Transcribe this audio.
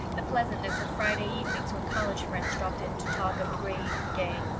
the pleasantness of friday evenings when college friends dropped in to talk of grave and gay.